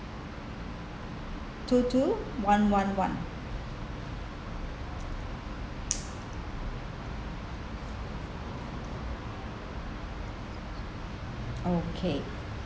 two two one one okay